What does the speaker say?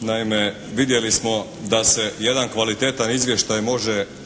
Naime vidjeli smo da se jedan kvalitetan izvještaj može